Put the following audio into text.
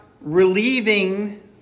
relieving